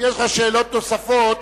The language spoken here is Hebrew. יש לך שאלות נוספות,